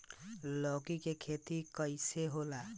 लौकी के खेती कइसे होला?